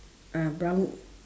ah brown